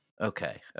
Okay